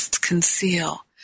conceal